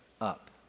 up